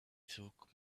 took